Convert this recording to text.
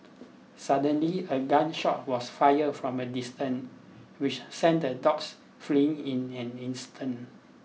suddenly a gun shot was fired from a distance which sent the dogs fleeing in an instant